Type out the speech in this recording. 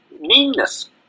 meanness